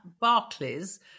Barclays